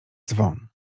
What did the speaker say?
dzwon